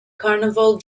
carnival